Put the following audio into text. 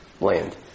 land